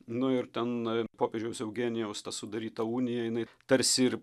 nu ir ten popiežiaus eugenijaus sudaryta unija jinai tarsi ir